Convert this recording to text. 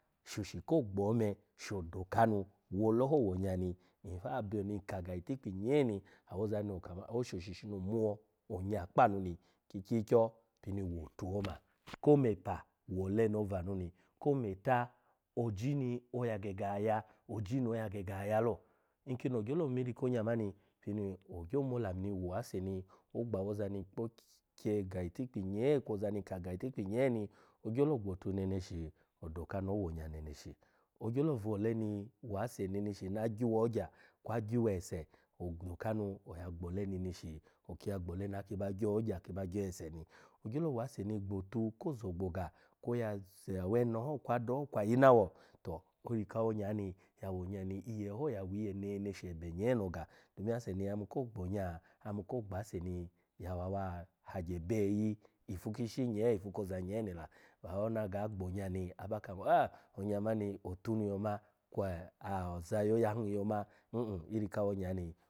Shoshi ko gbo me, sho doka nu wo ole ho wonya ni o-ha byoni nka ga itikpi nyee i awoza ni kama osho shi shino omo onya kpa anu ki kyi kyo pini wotu oma, komepa wole no vanu ni kometa oji ni loya ogege aya, oji ni oya gege aya lo, nkini ogyolo mi iri ko onya mani pini ogyo mo olamu ni wase ni ogba ozvoza ni ki kye ga itikpi nyee kwo oza ni nka ga itikpi nyee ni ogyolo gbotu neneshi odoka nu owo onya neneshi. Ogyolo vole ni wase neneshi na agyuwa ogya kwa agyuwa ese, odoka nu oya gbole neneshi, okiya gbole ni aki ba gyuwa ogya ki ba gyuwa ese ni. Ogyolo wase ni gbotu neshi ko zo ogboga kwo ya za aweneho kwa ada ho, kwa ayina wo, to iri kawo nyani ya worye ni iye ho ya wiye neneshi eh nyee no oga domin ase ni ya yimu ko bonya ayimu ko gbase ni wa wa hagye be eyi ifu kishi nyee ifu koza nyee ni la bawa ona ga gbonya ni aba kamo a-onya mani otun yoma kwe a-oza yoya hin yoma m-m iri ko onya ni.